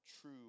true